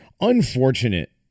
unfortunate